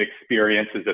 experiences